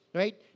right